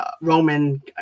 Roman